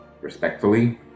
Respectfully